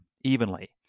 evenly